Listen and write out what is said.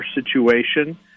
situation